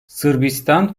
sırbistan